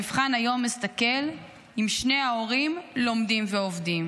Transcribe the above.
המבחן היום מסתכל אם שני ההורים לומדים ועובדים.